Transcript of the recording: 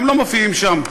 הם לא מופיעים שם.